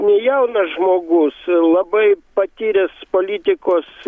nejaunas žmogus labai patyręs politikos